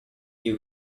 you